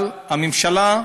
אבל הממשלה,